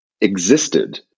existed